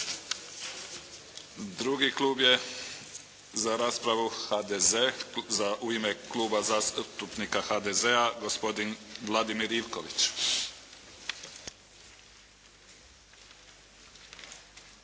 Drugi klub je za raspravu u ime Kluba zastupnika HDZ-a gospodin Vladimir Ivković.